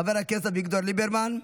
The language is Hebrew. חבר הכנסת אביגדור ליברמן,